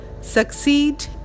succeed